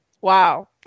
Wow